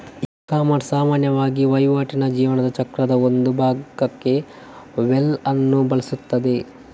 ecommerce ಸಾಮಾನ್ಯವಾಗಿ ವಹಿವಾಟಿನ ಜೀವನ ಚಕ್ರದ ಒಂದು ಭಾಗಕ್ಕೆ ವೆಬ್ ಅನ್ನು ಬಳಸುತ್ತದೆ